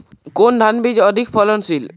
কোন ধান বীজ অধিক ফলনশীল?